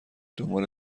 دنبال